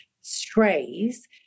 strays